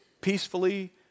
peacefully